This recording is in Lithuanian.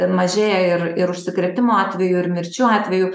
mažėja ir ir užsikrėtimo atvejų ir mirčių atvejų